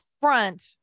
front